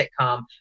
sitcom